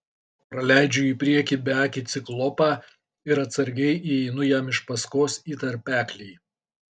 praleidžiu į priekį beakį ciklopą ir atsargiai įeinu jam iš paskos į tarpeklį